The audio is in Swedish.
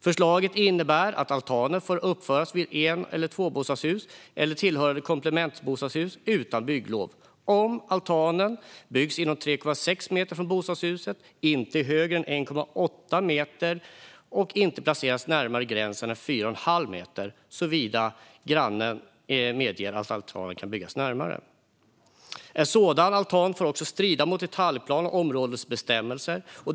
Förslaget innebär att altaner får uppföras vid en eller tvåbostadshus eller tillhörande komplementsbostadshus utan bygglov om altanen byggs inom 3,6 meter från bostadshuset, inte är högre än 1,8 meter och inte placeras närmare tomtgränsen än 4,5 meter, såvida inte grannen medger att altanen kan byggas närmare. En sådan altan får strida mot detaljplan och områdesbestämmelser.